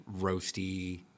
roasty